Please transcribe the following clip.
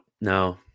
No